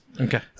Okay